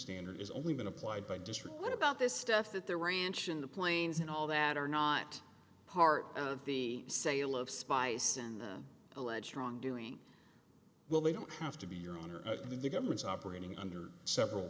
standard is only been applied by district what about this stuff that their ranch in the plains and all that are not part of the sale of spies and alleged wrongdoing well they don't have to be your honor the government's operating under several